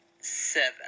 Seven